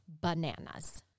Bananas